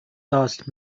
tossed